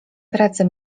pracy